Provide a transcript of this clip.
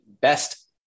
best